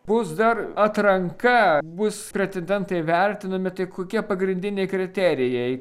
bus dar atranka bus pretendentai vertinami tai kokie pagrindiniai kriterijai